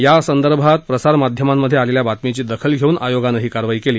यासंदर्भात प्रसार माध्यमांमध्ये आलेल्या बातमीची दखल घेऊन आयोगानं ही कारवाई केली